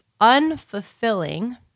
unfulfilling